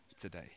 today